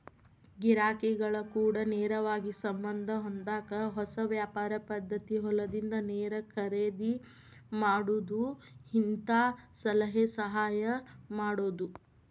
ಗಿರಾಕಿಗಳ ಕೂಡ ನೇರವಾಗಿ ಸಂಬಂದ ಹೊಂದಾಕ ಹೊಸ ವ್ಯಾಪಾರ ಪದ್ದತಿ ಹೊಲದಿಂದ ನೇರ ಖರೇದಿ ಮಾಡುದು ಹಿಂತಾ ಸಲಹೆ ಸಹಾಯ ಮಾಡುದು